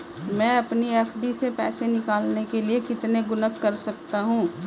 मैं अपनी एफ.डी से पैसे निकालने के लिए कितने गुणक कर सकता हूँ?